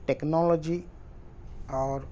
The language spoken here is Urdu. ٹیکنالوجی اور